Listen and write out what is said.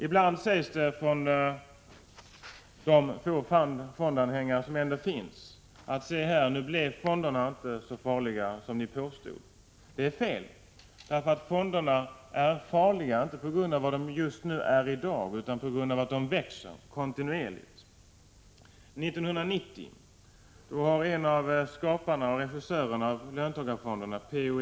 Ibland sägs det från de få fondanhängare som ändå finns: Se här, nu blev fonderna inte så farliga som ni påstod! Det är fel, eftersom fonderna är farliga, inte på grund av vad de är i dag utan på grund av att de kontinuerligt växer. Om år 1990 har en av skaparna och regissörerna av löntagarfonderna, P.-O.